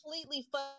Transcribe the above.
completely